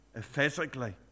physically